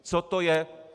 Co to je?